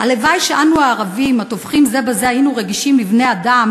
הלוואי שאנו הערבים הטובחים זה בזה היינו רגישים לבני-אדם